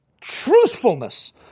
truthfulness